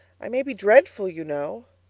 i may be dreadful, you know.